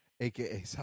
aka